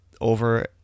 over